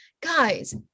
guys